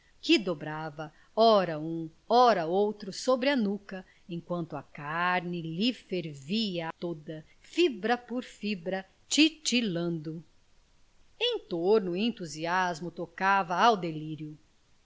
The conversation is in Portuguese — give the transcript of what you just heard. que dobrava ora um ora outro sobre a nuca enquanto a carne lhe fervia toda fibra por fibra tirilando em torno o entusiasmo tocava ao delírio